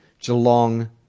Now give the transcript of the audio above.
Geelong